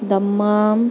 Dammam